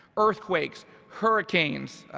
earthquakes, hurricanes,